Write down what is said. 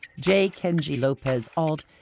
j. kenji lopez-alt,